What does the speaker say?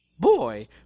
Boy